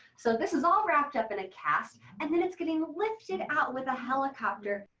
so this is all wrapped up in a cast. and then it's getting lifted out with a helicopter.